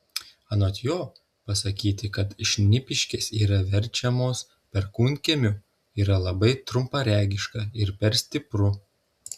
anot jo pasakyti kad šnipiškės yra verčiamos perkūnkiemiu yra labai trumparegiška ir per stipru